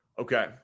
Okay